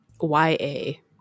Y-A